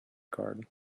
card